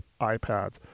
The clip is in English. iPads